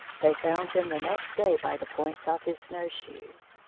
they found him the next day by the points of his snowshoes.